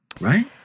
right